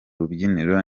rubyiniro